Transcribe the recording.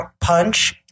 punch